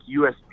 USB